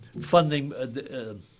funding